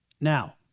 now